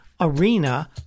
arena